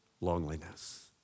loneliness